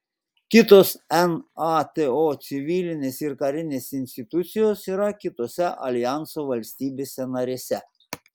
kitos nato civilinės ir karinės institucijos yra kitose aljanso valstybėse narėse